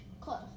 Close